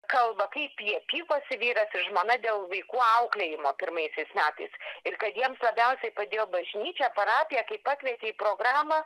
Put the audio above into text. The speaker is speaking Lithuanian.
kalba kaip jie pykosi vyras ir žmona dėl vaikų auklėjimo pirmaisiais metais ir kad jiems labiausiai padėjo bažnyčia parapija kai pakvietė į programą